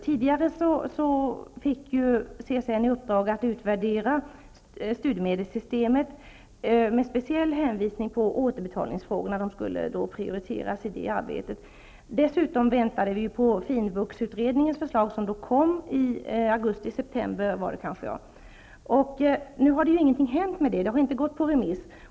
Tidigare fick CSN i uppdrag att utvärdera studiemedelssystemet, och återbetalningsfrågorna skulle prioriteras i detta arbete. Dessutom väntade vi på finvuxutredningens förslag som lades fram i augusti eller i september. Nu har ingenting hänt med detta. Det har alltså inte gått ut på remiss.